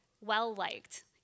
well-liked